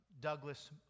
Douglas